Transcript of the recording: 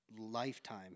lifetime